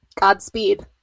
Godspeed